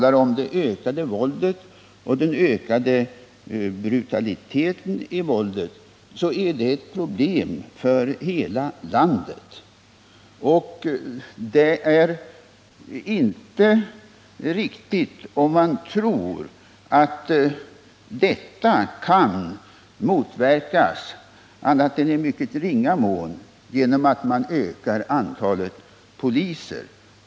Det ökade våldet och den ökade brutaliteten i våldet är ett problem för hela landet. Detta kan inte — annat än i mycket ringa mån — motverkas genom att man ökar antalet poliser.